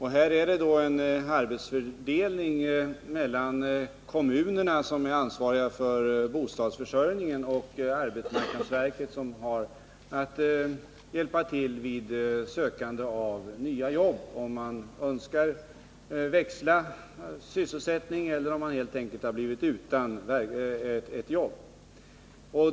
Här är det en arbetsfördelning mellan kommunerna som är ansvariga för bostadsförsörjningen och arbetsmarknadsverket som har att hjälpa till vid sökandet efter nya jobb, om någon önskar byta sysselsättning eller har blivit utan ett jobb.